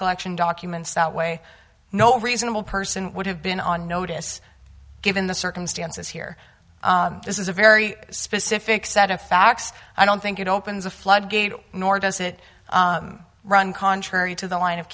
election documents that way no reasonable person would have been on notice given the circumstances here this is a very specific set of facts i don't think it opens a floodgate nor does it run contrary to the line of